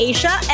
Asia